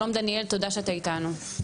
שלום דניאל תודה שאתה איתנו.